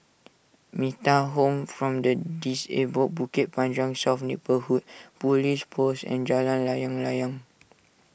Metta Home form the Disabled Bukit Panjang South Neighbourhood Police Post and Jalan Layang Layang